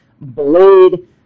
Blade